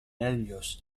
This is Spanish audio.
ellos